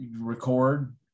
record